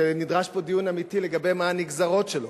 שנדרש פה דיון אמיתי לגבי מה הנגזרות שלו.